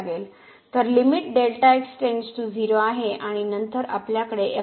तर लिमिट आहे आणि नंतर आपल्याकडेआहे